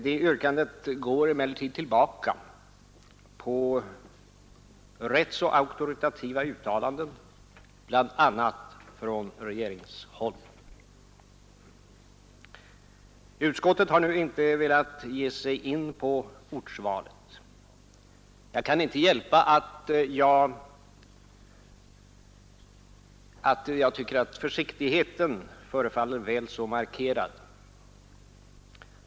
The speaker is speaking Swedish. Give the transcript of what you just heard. Det yrkandet går emellertid tillbaka på ganska auktoritativa uttalanden, bl.a. från regeringshåll. Utskottet har inte velat gå in på frågan om ortsvalet. Jag kan inte hjälpa att jag tycker att försiktigheten förefaller väl så markerad.